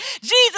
Jesus